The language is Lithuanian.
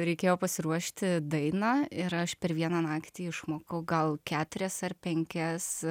reikėjo pasiruošti dainą ir aš per vieną naktį išmokau gal keturias ar penkias